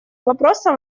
вопроса